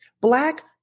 Black